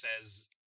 says